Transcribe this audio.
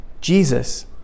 Jesus